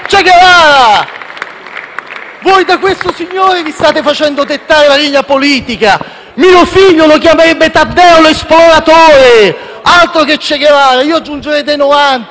È da questo signore che vi state facendo dettare la linea politica. Mio figlio lo chiamerebbe Taddeo l'esploratore, altro che Che Guevara (io aggiungerei *de noantri*).